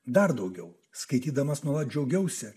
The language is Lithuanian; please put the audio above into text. dar daugiau skaitydamas nuolat džiaugiausi